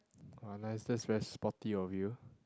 !wah! nice that's very sporty of you